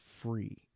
free